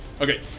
Okay